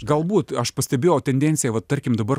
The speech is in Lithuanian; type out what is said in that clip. galbūt aš pastebėjau tendenciją va tarkim dabar